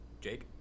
Jake